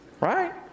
right